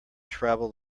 travel